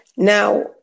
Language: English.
Now